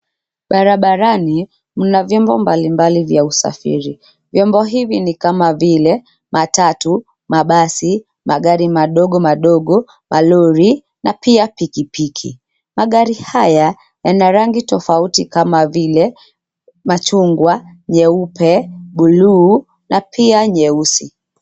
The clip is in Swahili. Barabarani, mna vyombo mbali mbali vya usafiri. Vyombo hivi ni kama vile; matatu, mabasi, magari madogo madogo, malori na pia pikipiki. Magari haya yana rangi tofauti kama vile; machungwa, nyeupe, buluu na pia nyeusi.